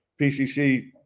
PCC